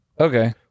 Okay